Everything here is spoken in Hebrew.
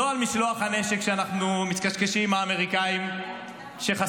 לא על משלוח הנשק שאנחנו מתקשקשים עם האמריקאים שחסר.